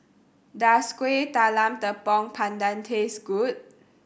does Kuih Talam Tepong Pandan taste good